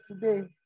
today